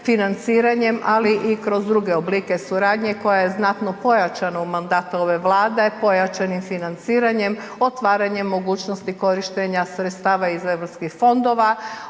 financiranjem, ali i kroz druge oblike suradnje koja je znatno pojačana u mandatu ove Vlade, pojačan je financiranjem, otvaranjem mogućnosti korištenja sredstava iz EU fondova.